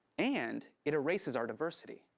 and it erases our diversity.